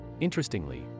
interestingly